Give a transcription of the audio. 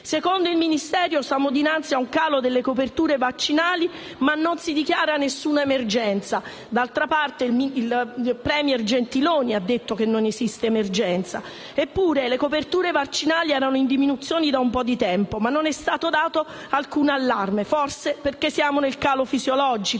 Secondo il Ministero siamo dinanzi ad un calo delle coperture vaccinali, ma non si dichiara alcuna emergenza. D'altra parte lo stesso *premier* Gentiloni Silveri ha detto che non esiste emergenza. Eppure le coperture vaccinali erano in diminuzione da un po' di tempo, ma non è stato dato alcun allarme, forse perché siamo nel calo fisiologico?